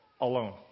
Alone